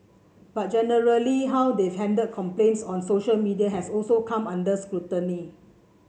but generally how they've handled complaints on social media has also come under scrutiny